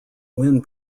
win